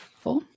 Four